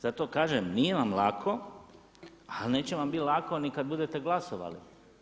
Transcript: Zato kažem, nije vam lako, ali neće vam biti lako ni kad budete glasovali.